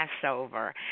Passover